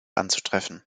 anzutreffen